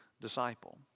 disciple